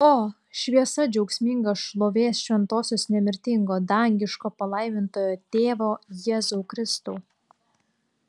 o šviesa džiaugsminga šlovės šventosios nemirtingo dangiško palaimintojo tėvo jėzau kristau